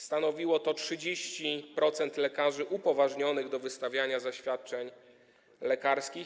Stanowiło to 30% lekarzy upoważnionych do wystawiania zaświadczeń lekarskich.